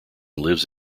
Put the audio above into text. lives